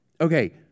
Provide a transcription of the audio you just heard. Okay